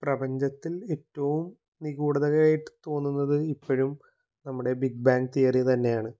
പ്രപഞ്ചത്തിൽ ഏറ്റവും നിഗൂഢതയായിട്ട് തോന്നുന്നത് ഇപ്പോഴും നമ്മുടെ ബിഗ് ബാങ് തിയറി തന്നെയാണ്